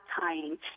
tying